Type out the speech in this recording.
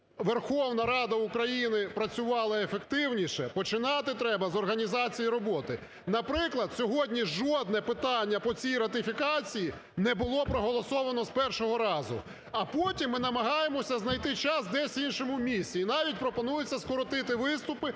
Верховна Рада України працювала ефективніше, починати треба з організації роботи. Наприклад, сьогодні жодне питання по цій ратифікації не було проголосовано з першого разу, а потім ми намагаємося знайти час десь в іншому місці і навіть пропонується скоротити виступи